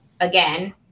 again